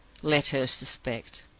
let her suspect!